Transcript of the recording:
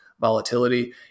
volatility